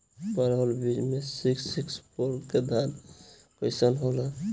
परमल बीज मे सिक्स सिक्स फोर के धान कईसन होला?